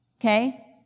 okay